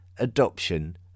adoption